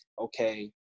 okay